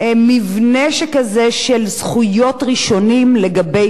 של זכויות ראשונים לגבי חובות.